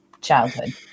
childhood